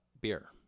beer